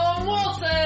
Wilson